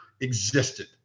existed